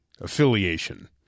affiliation